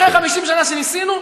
אחרי 50 שנה שניסינו,